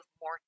more